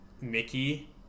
mickey